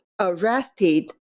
arrested